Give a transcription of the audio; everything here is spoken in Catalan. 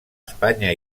espanya